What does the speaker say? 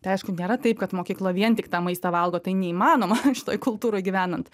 tai aišku nėra taip kad mokykla vien tik tą maistą valgo tai neįmanoma šitoj kultūroj gyvenant